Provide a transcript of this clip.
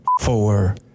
four